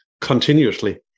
continuously